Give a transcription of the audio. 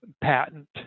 patent